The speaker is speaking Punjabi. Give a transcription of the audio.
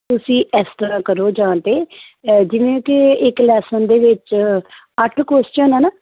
ਤੁਸੀਂ ਇਸ ਤਰ੍ਹਾਂ ਕਰੋ ਜਾਂ ਤਾਂ ਜਿਵੇਂ ਕਿ ਇੱਕ ਲੈਸਨ ਦੇ ਵਿੱਚ ਅੱਠ ਕੁਸ਼ਚਨ ਆ ਨਾ